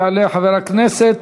יעלה חבר הכנסת